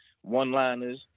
one-liners